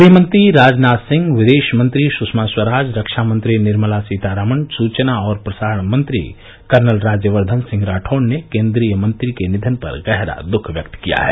गृहमंत्री राजनाथ सिंह विदेशमंत्री सुषमा स्वराज रक्षामंत्री निर्मला सीतारामन सुचना और प्रसारण मंत्री कर्नल राज्यवर्धन सिंह राठौड़ ने केन्द्रीय मंत्री के निधन पर गहरा द्ख व्यक्त किया है